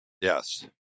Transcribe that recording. yes